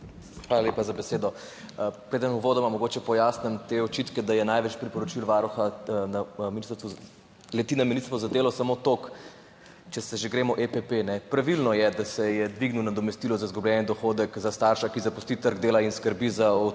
Hvala lepa za besedo. Preden uvodoma mogoče pojasnim te očitke, da največ priporočil Varuha leti na Ministrstvo za delo, samo toliko, če se že gremo EPP. Pravilno je, da se je dvignil nadomestilo za izgubljeni dohodek za starša, ki zapusti trg dela in skrbi za otroka,